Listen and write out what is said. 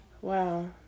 Wow